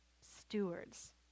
Stewards